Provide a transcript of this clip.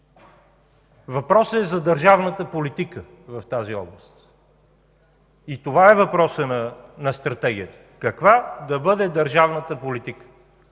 Въпросът е за държавната политика в тази област. И това е въпросът на Стратегията – каква да бъде държавната политика.